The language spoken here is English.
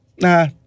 Nah